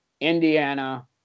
Indiana